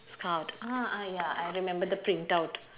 scout ah ah ya I remember the printout